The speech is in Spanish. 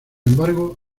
embargo